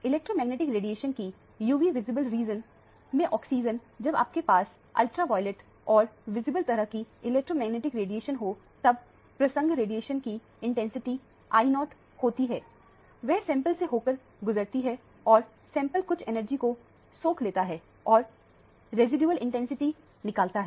electromagnetic radiation की UV visible region में absorption जब आपके पास अल्ट्रावॉयलेट और विजिबल तरह की इलेक्ट्रोमैग्नेटिक रेडिएशन हो तब प्रसंग रेडिएशन की इंटेंसिटी Io होती है वह सैंपल से होकर गुजरती है और सैंपल कुछ एनर्जी को सोख लेता है और रेसीडुएल इंटेंसिटी निकालता है